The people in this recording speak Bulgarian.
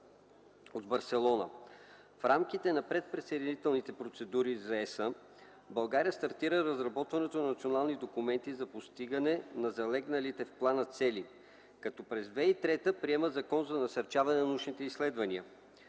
от Барселона. В рамките на предприсъединителните процедури за ЕСА България стартира разработването на национални документи за постигане на залегналите в плана цели, като през 2003 г. приема Закона за насърчаване на научните изследвания.